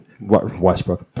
Westbrook